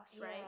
right